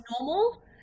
normal